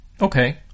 Okay